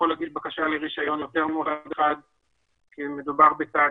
אלא זאת בקשה לרישיון שהוא יכול להגיש יותר מפעם אחת כי מדובר בתאגיד,